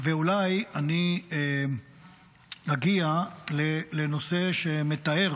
ואולי נגיע לנושא שמתאר